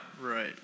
Right